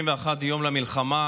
31 יום למלחמה